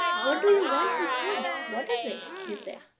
what do you want with me? what is it? he said.